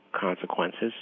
consequences